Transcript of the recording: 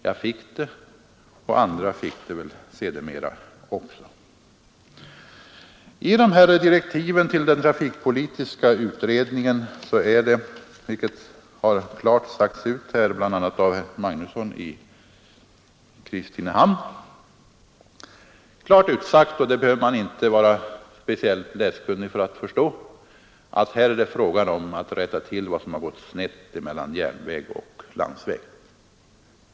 Jag fick det, och andra fick det väl sedermera också. I direktiven till den trafikpolitiska utredningen är det, som framhållits här av bl.a. herr Magnusson i Kristinehamn, klart utsagt — och det behöver man inte vara speciellt läskunnig för att förstå — att här är det fråga om att rätta till vad som har gått snett mellan järnväg och landsväg.